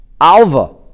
Alva